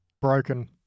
Broken